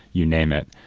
you name it.